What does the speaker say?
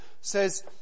says